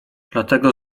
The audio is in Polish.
dlatego